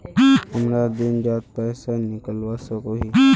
हमरा दिन डात पैसा निकलवा सकोही छै?